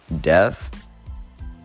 death